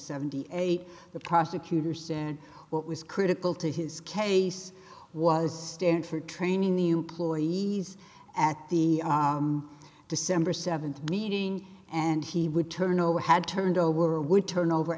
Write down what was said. seventy eight the prosecutor said what was critical to his case was stand for training the employees at the december seventh meeting and he would turn over had turned over would turn over